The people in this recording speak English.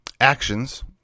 actions